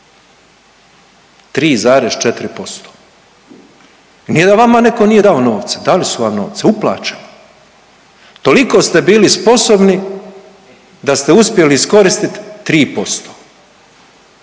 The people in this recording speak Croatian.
3,4%. I nije da vama netko nije dao novce, dali su vam novce, uplaćeno je. Toliko ste bili sposobni da ste uspjeli iskoristit 3%.